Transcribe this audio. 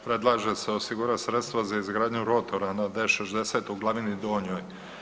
Predlaže se osigurati sredstva za izgradnju rotora na D60 u Glavini Donjoj.